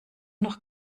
noch